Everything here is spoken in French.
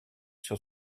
sur